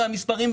המספרים,